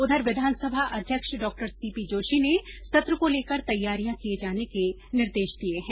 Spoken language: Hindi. उधर विधानसभा अध्यक्ष डॉ सी पी जोशी ने सत्र को लेकर तैयारियां किये जाने के निर्देश दिये हैं